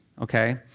okay